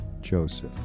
Joseph